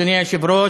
אדוני היושב-ראש,